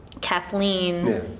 Kathleen